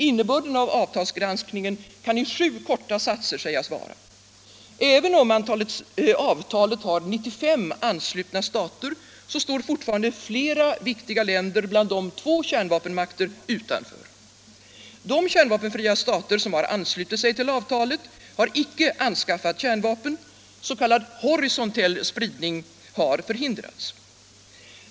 Innebörden av avtalsgranskningen kan i sju korta punkter sägas vara: Även om avtalet har 95 anslutna stater står fortfarande flera viktiga stater, bland dem två kärnvapenmakter, utanför. De kärnvapenfria stater som anslutit sig till avtalet har icke anskaffat kärnvapen; s.k. horisontell spridning har förhindrats.